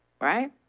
right